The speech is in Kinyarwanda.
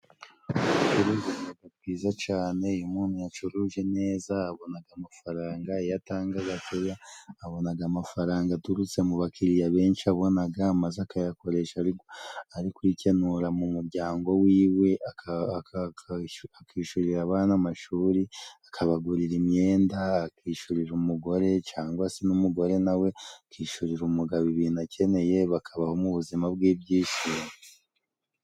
Ubucuruzi ni bwiza cane iyo umuntu yacuruje neza abonaga amafaranga, iyo atangaga keya abonaga amafaranga aturutse mu bakiriya benshi abonaga maze akayakoresha ari kwikenura mu muryango wiwe akishurira abana amashuri, akabagurira imyenda, akishurira umugore cangwa se n'umugore nawe akishurira umugabo, ibintu akeneye bakabaho mu buzima bw'ibyishimo.